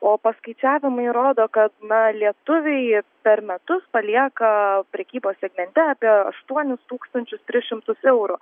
o paskaičiavimai rodo kad na lietuviai per metus palieka prekybos segmente apie aštuonis tūkstančius tris šimtus eurų